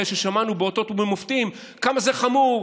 אחרי ששמענו באותות ובמופתים כמה זה חמור,